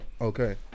Okay